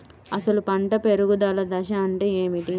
అసలు పంట పెరుగుదల దశ అంటే ఏమిటి?